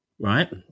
right